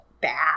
bad